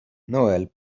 noel